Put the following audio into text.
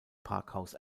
parkhaus